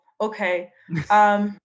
Okay